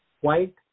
White